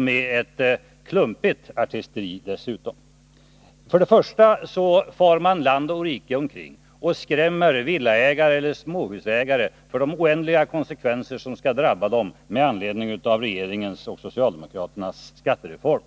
med ett klumpigt artisteri dessutom. Först far de land och rike omkring och skrämmer villaägare och småhusägare för de oändliga konsekvenser som skall drabba dem med anledning av regeringens och socialdemokraternas skattereform.